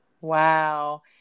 Wow